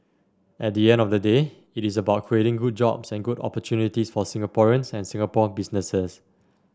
at the end of the day it's about creating good jobs and good opportunities for Singaporeans and Singapore businesses